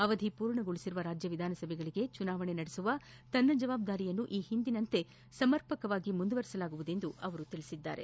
ಅವಧಿಪೂರ್ಣಗೊಳಿಸಿದ ರಾಜ್ಯ ವಿಧಾನಸಭೆಗಳಿಗೆ ಚುನಾವಣೆ ನಡೆಸುವ ತನ್ನ ಜವಾಬ್ಗಾರಿಯನ್ನು ಈ ಹಿಂದಿನಂತೆ ಸಮರ್ಪಕವಾಗಿ ಮುಂದುವರೆಸಲಾಗುವುದು ಎಂದು ಅವರು ತಿಳಿಸಿದರು